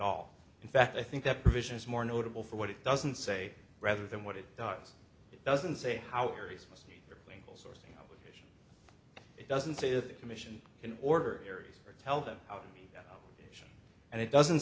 all in fact i think that provision is more notable for what it doesn't say rather than what it does it doesn't say power is mostly it doesn't say that commission in order areas or tell them how to me and it doesn't